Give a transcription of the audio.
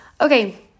Okay